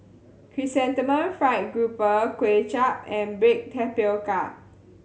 Chrysanthemum Fried Grouper Kway Chap and baked tapioca